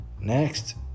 next